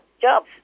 jobs